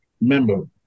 member